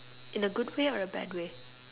in a good way or a bad way